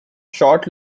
short